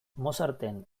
mozarten